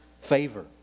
favor